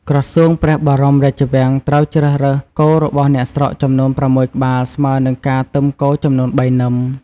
ក្រសួងព្រះបរមរាជវាំង ត្រូវជ្រើសរើស គោរបស់អ្នកស្រុកចំនួន ៦ក្បាល ស្មើនឹងការទឹមគោចំនួន ៣ នឹម។